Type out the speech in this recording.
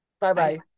Bye-bye